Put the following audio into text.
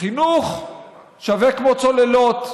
חינוך שווה כמו צוללות.